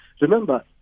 remember